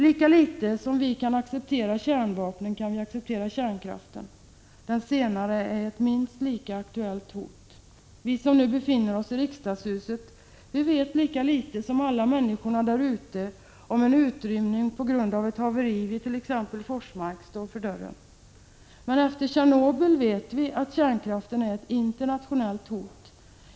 Lika litet som vi kan acceptera kärnvapnen kan vi acceptera kärnkraften. Den senare är ett minst lika aktuellt hot. Om en utrymning till följd av ett haveri vid t.ex. Forsmark skulle så att säga stå för dörren, vet vi som befinner oss i riksdagshuset lika litet som människorna utanför när det gäller åtgärder i det sammanhanget. Men efter Tjernobylolyckan vet vi att kärnkraften är ett internationellt hot.